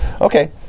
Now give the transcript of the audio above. Okay